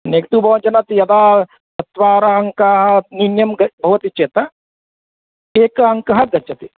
नेतु भोजनात् यदा चत्वारः अङ्काः न्यूनं भवन्ति चेत् एकः अङ्कः गच्छति